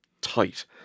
tight